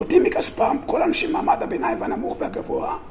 נותנים מכספם, כל אנשי מעמד הביניים והנמוך והגבוה.